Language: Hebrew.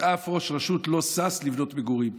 אף ראש רשות לא שש לבנות מגורים.